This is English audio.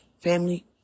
family